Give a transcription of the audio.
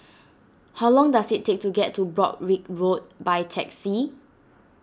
how long does it take to get to Broadrick Road by taxi